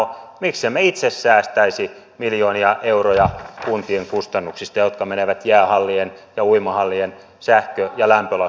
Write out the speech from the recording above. miksi emme itse säästäisi miljoonia euroja kuntien kustannuksista jotka menevät jäähallien ja uimahallien sähkö ja lämpölaskuihin